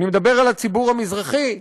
אני מדבר על הציבור המזרחי,